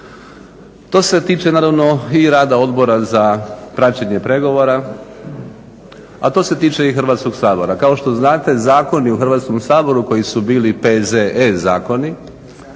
To se tiče naravno i rada Odbora za praćenje pregovora, a to se tiče i Hrvatskog sabora. Kao što znate zakoni u Hrvatskom saboru koji su bili P.Z.E. zakoni